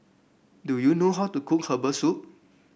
do you know how to cook Herbal Soup